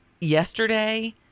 yesterday